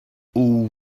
all